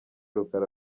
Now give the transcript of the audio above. rukara